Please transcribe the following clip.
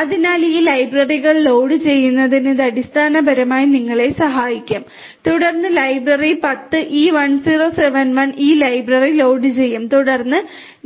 അതിനാൽ ഈ ലൈബ്രറികൾ ലോഡുചെയ്യുന്നതിന് ഇത് അടിസ്ഥാനപരമായി നിങ്ങളെ സഹായിക്കും തുടർന്ന് ലൈബ്രറി പത്ത് e1071 ഈ ലൈബ്രറി ലോഡുചെയ്യും തുടർന്ന്